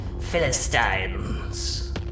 Philistines